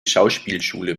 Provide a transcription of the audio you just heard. schauspielschule